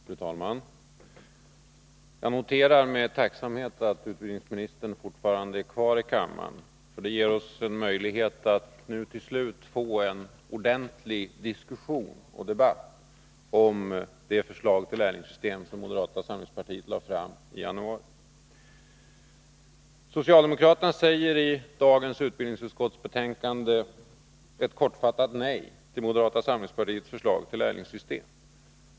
Fru talman! Jag noterar med tacksamhet att utbildningsministern fortfarande är kvar i kammaren. Detta ger oss en möjlighet att till slut få en ordentlig debatt om det förslag till lärlingssystem som moderata samlingspartiet lade fram i januari. Socialdemokraterna säger i det utbildningsbetänkande som behandlas i dag ett kortfattat nej till moderata samlingspartiets förslag till lärlingssystem.